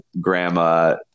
Grandma